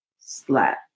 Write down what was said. slap